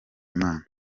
imana